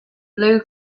blue